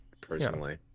personally